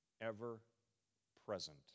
ever-present